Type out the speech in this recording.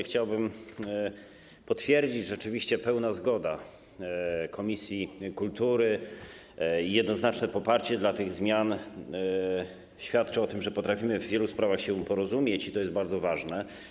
Chciałbym potwierdzić, że rzeczywiście pełna zgoda komisji kultury, jednoznaczne poparcie dla tych zmian świadczy o tym, że potrafimy w wielu sprawach się porozumieć, i to jest bardzo ważne.